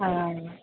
आ